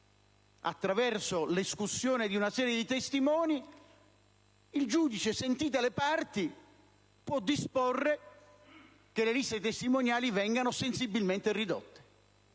attraverso l'escussione di una serie di testimoni, il giudice, sentite le parti, può disporre che le liste testimoniali vengano sensibilmente ridotte.